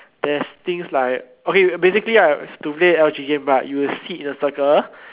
there's things like okay basically right to play L_G game right you will sit in a circle